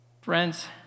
Friends